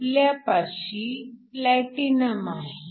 आपल्यापाशी प्लॅटिनम आहे